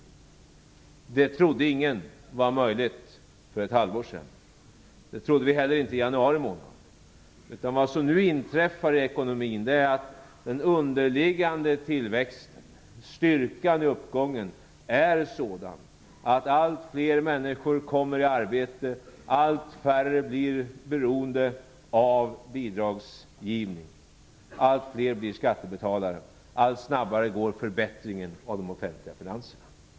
Det trodde ingen var möjligt för ett halvår sedan. Det trodde vi inte heller i januari. Vad som nu inträffar i ekonomin är att den underliggande tillväxten, styrkan i uppgången, är sådan att allt fler människor kommer i arbete, allt färre blir beroende av bidragsgivning, allt fler blir skattebetalare, allt snabbare går förbättringen av de offentliga finanserna.